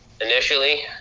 initially